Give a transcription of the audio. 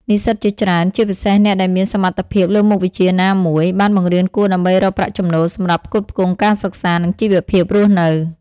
និស្សិតជាច្រើន ជាពិសេសអ្នកដែលមានសមត្ថភាពលើមុខវិជ្ជាណាមួយ បានបង្រៀនគួរដើម្បីរកប្រាក់ចំណូលសម្រាប់ផ្គត់ផ្គង់ការសិក្សា និងជីវភាពរស់នៅ។